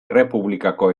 errepublikako